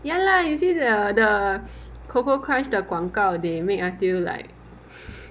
ya lah you see the coco crunch 的广告 they make until like